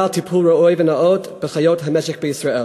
על טיפול ראוי ונאות בחיות המשק בישראל.